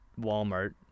Walmart